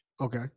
Okay